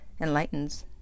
enlightens